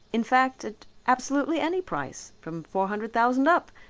in fact at absolutely any price, from four hundred thousand up,